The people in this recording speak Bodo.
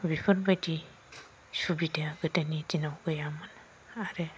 बेफोरबायदि सुबिदाया गोदोनि दिनाव गैयामोन आरो